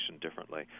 differently